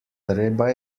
treba